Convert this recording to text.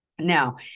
Now